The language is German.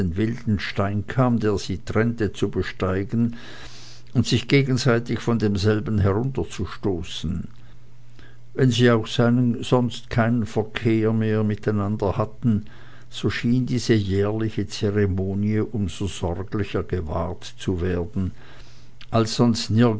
wilden steinkamm der sie trennte zu besteigen und sich gegenseitig von demselben herunterzustoßen wenn sie auch sonst keinen verkehr mehr miteinander hatten so schien diese jährliche zeremonie um so sorglicher gewahrt zu werden als sonst